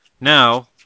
now